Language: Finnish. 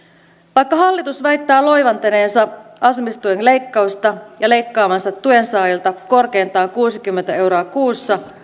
vaikka hallitus väittää loiventaneensa asumistuen leikkausta ja leikkaavansa tuensaajilta korkeintaan kuusikymmentä euroa kuussa